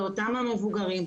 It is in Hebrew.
זה אותם המבוגרים.